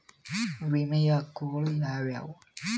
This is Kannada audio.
ವಿಮೆಯ ಹಕ್ಕುಗಳು ಯಾವ್ಯಾವು?